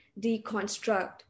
deconstruct